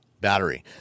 battery